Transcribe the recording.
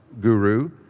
guru